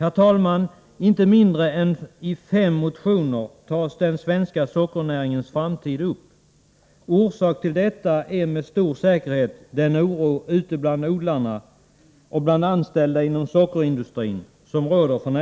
I inte mindre än fem motioner tas den svenska sockernäringens framtid upp. Orsaken till detta är med stor säkerhet den oro som råder f. n. ute bland odlarna och bland anställda inom sockerindustrin.